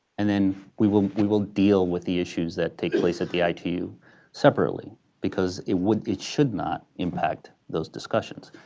and then we will we will deal with the issues that take place at the itu separately because it would it should not impact those discussions.